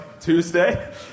Tuesday